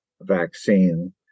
vaccine